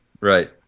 Right